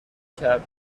کرد